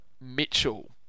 Mitchell